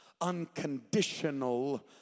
unconditional